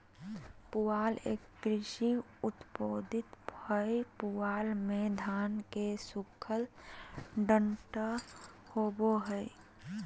पुआल एक कृषि उपोत्पाद हय पुआल मे धान के सूखल डंठल होवो हय